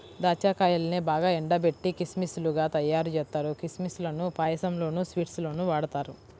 దాచ్చా కాయల్నే బాగా ఎండబెట్టి కిస్మిస్ లుగా తయ్యారుజేత్తారు, కిస్మిస్ లను పాయసంలోనూ, స్వీట్స్ లోనూ వాడతారు